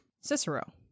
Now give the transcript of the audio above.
Cicero